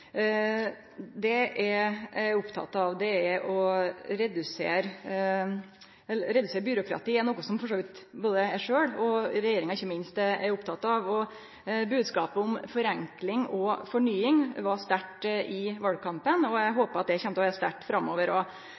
Det eg er oppteke av, er å redusere byråkratiet – det er for så vidt noko både eg sjølv og ikkje minst regjeringa er opptekne av. Bodskapen om forenkling og fornying var sterkt framme i valkampen, og eg håpar han kjem til å vere sterkt framme framover